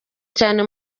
cyane